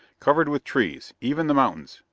covered with trees, even the mountains,